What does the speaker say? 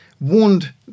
warned